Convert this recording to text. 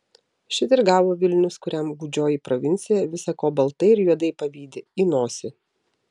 šit ir gavo vilnius kuriam gūdžioji provincija visa ko baltai ir juodai pavydi į nosį